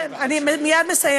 איילת, כן, אני מייד מסיימת.